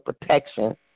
protection